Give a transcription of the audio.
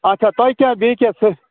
اَچھا تۄہہِ کیٛاہ بیٚیہِ کیٛاہ سُہ